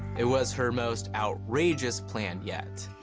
it was her most outrageous plan yet.